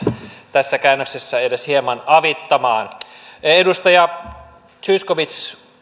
tässä käännöksessä edes hieman avittamaan edustaja zyskowicz